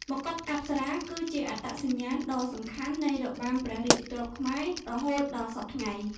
មកុដអប្សរាគឺជាអត្តសញ្ញាណដ៏សំខាន់នៃរបាំព្រះរាជទ្រព្យខ្មែររហូតមកដល់សព្វថ្ងៃ។